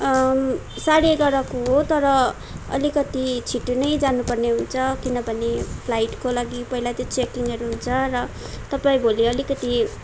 साँढे एघारको हो तर अलिकति छिटो नै जानुपर्ने हुन्छ किनभने फ्लाइटको लागि पहिला त चेकिङहरू हुन्छ र तपाईँ भोलि अलिकति